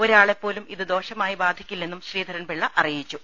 ഒരാളെപോലും ഇത് ദോഷമായി ബാധിക്കില്ലെന്നും ശ്രീധരൻപിള്ള അറിയിച്ചു